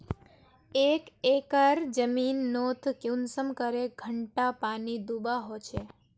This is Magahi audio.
एक एकर जमीन नोत कुंसम करे घंटा पानी दुबा होचए?